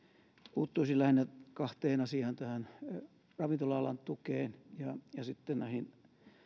puuttuisin lähinnä kahteen asiaan tähän ravintola alan tukeen ja ja sitten näihin